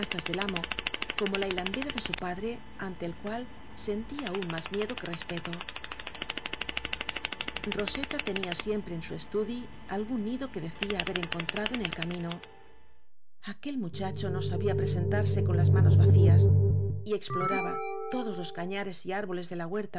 del amo como la hilandera de su padre ante el cual sentía aún más miedo que respeto roseta tenía siempre en su estudi algun nido que decía haber encontrado en el cami no aquel muchacho no sabía presentarse con las manos vacías y exploraba todos los cañares y árboles de la huerta